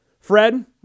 Fred